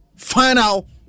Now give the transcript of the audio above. Final